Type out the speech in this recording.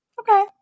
Okay